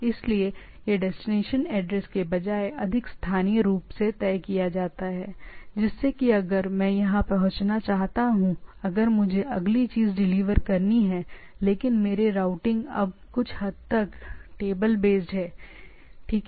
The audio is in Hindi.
इसलिए यह डेस्टिनेशन ऐड्रेस के बजाय अधिक स्थानीय रूप से तय किया जाता है जैसे कि अगर मैं यहां पहुंचाना चाहता हूं जब मुझे अगली चीज डिलीवर करनी है जो बदले में चीजें सही होंगी लेकिन मेरी रूटिंग अब कुछ हद तक टेबल बेस्ड है ठीक है